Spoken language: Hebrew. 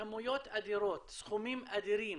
כמויות אדירות, סכומים אדירים